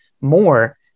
more